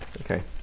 Okay